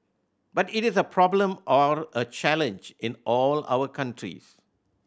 but it is a problem or a challenge in all our countries